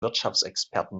wirtschaftsexperten